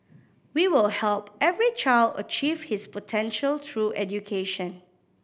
we will help every child achieve his potential through education